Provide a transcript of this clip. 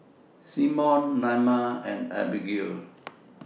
Symone Naima and Abigail